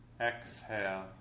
Exhale